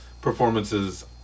performances